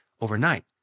overnight